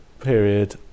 period